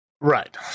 Right